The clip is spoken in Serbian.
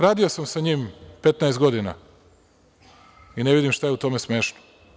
Radio sam sa njim 15 godina i ne vidim šta je u tome smešno.